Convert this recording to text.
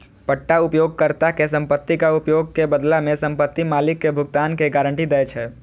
पट्टा उपयोगकर्ता कें संपत्तिक उपयोग के बदला मे संपत्ति मालिक कें भुगतान के गारंटी दै छै